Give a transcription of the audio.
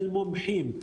של מומחים.